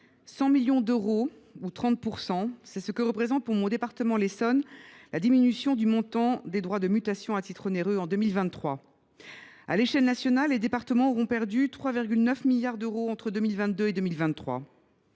100 millions d’euros ou 30 %, c’est ce que représente pour le département dont je suis élue, l’Essonne, la diminution du montant des droits de mutation à titre onéreux en 2023. À l’échelle nationale, les départements auront perdu 3,9 milliards d’euros entre 2022 et 2023.